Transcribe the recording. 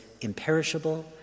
imperishable